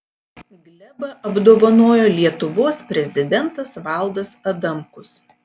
glebą apdovanojo lietuvos prezidentas valdas adamkus